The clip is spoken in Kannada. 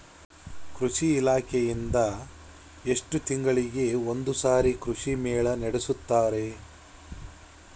ಕೃಷಿ ಇಲಾಖೆಯಿಂದ ಎಷ್ಟು ತಿಂಗಳಿಗೆ ಒಂದುಸಾರಿ ಕೃಷಿ ಮೇಳ ನಡೆಸುತ್ತಾರೆ?